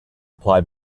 apply